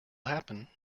happen